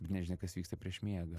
nežinia kas vyksta prieš miegą